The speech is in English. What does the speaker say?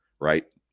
right